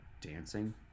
dancing